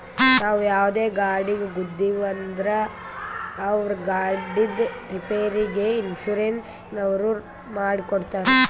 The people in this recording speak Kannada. ನಾವು ಯಾವುದರೇ ಗಾಡಿಗ್ ಗುದ್ದಿವ್ ಅಂದುರ್ ಅವ್ರ ಗಾಡಿದ್ ರಿಪೇರಿಗ್ ಇನ್ಸೂರೆನ್ಸನವ್ರು ಮಾಡಿ ಕೊಡ್ತಾರ್